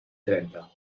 trenta